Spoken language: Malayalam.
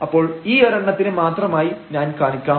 അപ്പോൾ ഈ ഒരെണ്ണത്തിന് മാത്രമായി ഞാൻ കാണിക്കാം